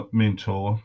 mentor